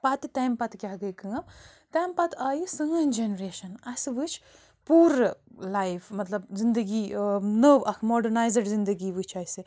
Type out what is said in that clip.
پتہٕ تَمہِ پتہٕ کیٛاہ گٔے کٲم تَمہِ پتہٕ آیہٕ سٲنۍ جنریشَن اسہِ وُچھ پوٗرٕ لایف مطلب زندگی ٲں نٔو اَکھ ماڈٔرنازٕڈ زندگی وُچھ اسہِ